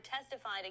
testified